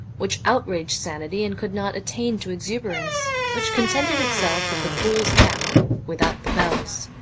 which outraged sanity and could not attain to exuberance, which contented itself with the fool's cap without the bells!